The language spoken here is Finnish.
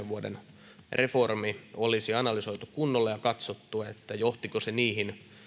vuoden kaksituhattakymmenen reformi olisi analysoitu kunnolla ja katsottu johtiko se niihin